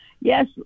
Yes